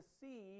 see